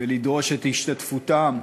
ולדרוש את השתתפותם,